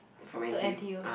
to n_t_u